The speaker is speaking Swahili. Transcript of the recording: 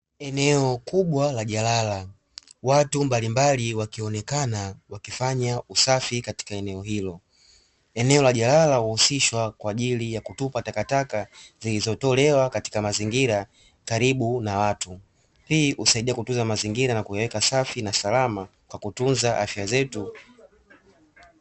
Eneo kubwa la jalala watu mbalimbali wakionekana wakifanya usafi katika eneo hilo, eneo la jalala huhusishwa kwa ajili ya kutupa takataka zilizotolewa katika mazingira karibu na watu hii husaidia kutunza mazingira na kuyaweka safi na salama kwa kutunza afya zetu.